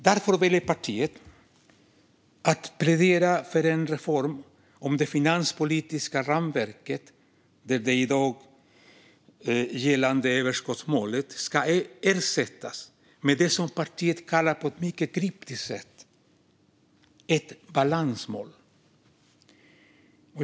Därför väljer partiet att plädera för en reform av det finanspolitiska ramverket där det i dag gällande överskottsmålet ska ersättas med det som partiet på ett mycket kryptiskt sätt kallar ett balansmål.